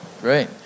Great